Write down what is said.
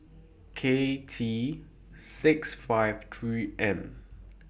K T six five three N